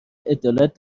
عدالت